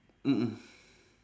mm mm